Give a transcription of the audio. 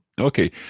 Okay